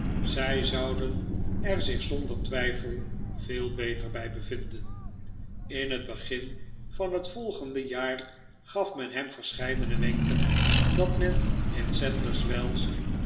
zij zouden er zich zonder twijfel veel beter bij bevinden in het begin van het volgende jaar gaf men hem verscheidene wenken dat men in sadlerswells